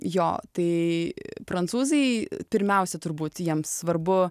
jo tai prancūzai pirmiausia turbūt jiems svarbu